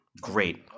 great